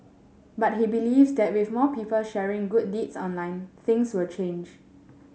but he believes that with more people sharing good deeds online things will change